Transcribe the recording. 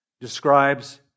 describes